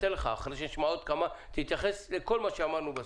אני אתן לך אחרי שנשמע עוד כמה ותתייחס לכל מה שאמרנו בסוף.